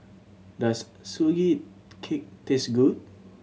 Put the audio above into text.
does Sugee Cake taste good